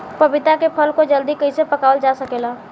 पपिता के फल को जल्दी कइसे पकावल जा सकेला?